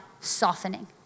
softening